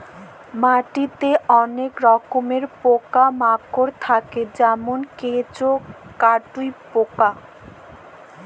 মাটিতে অলেক রকমের পকা মাকড় থাক্যে যেমল কেঁচ, কাটুই পকা